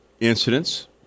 incidents